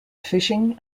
fishing